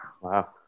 Wow